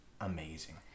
amazing